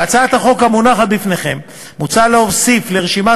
בהצעת החוק המונחת לפניכם מוצע להוסיף לרשימת